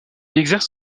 exerce